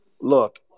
look